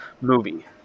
movie